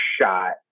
shot